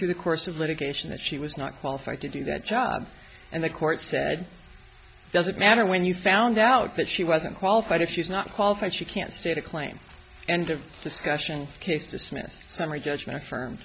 through the course of litigation that she was not qualified to do that job and the court said it doesn't matter when you found out that she wasn't qualified if she's not qualified she can state a claim end of discussion case dismissed summary judgment affirm